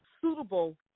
suitable